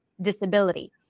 disability